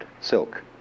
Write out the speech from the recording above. silk